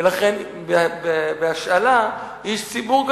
ולכן, בהשאלה, איש ציבור גדול,